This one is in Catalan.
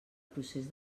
procés